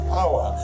power